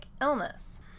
illness